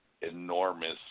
Enormous